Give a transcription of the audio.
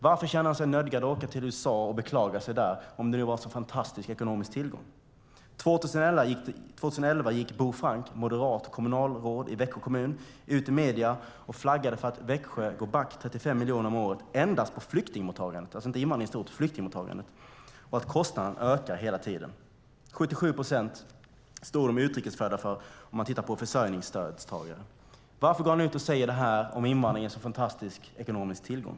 Varför kände han sig nödgad att åka till USA och beklaga sig där om det nu var en sådan fantastisk ekonomisk tillgång? År 2011 gick Bo Frank, moderat kommunalråd i Växjö kommun, ut i medierna och flaggade för att Växjö går back 35 miljoner om året endast på flyktingmottagandet. Det handlade alltså inte om invandringen i stort utan om flyktingmottagandet, och kostnaden ökar hela tiden. 77 procent står de utrikes födda för om man tittar på försörjningsstödstagare. Varför går han ut och säger det här om invandringen är en sådan fantastisk ekonomisk tillgång?